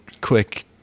quick